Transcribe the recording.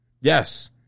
Yes